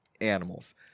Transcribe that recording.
Animals